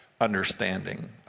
understanding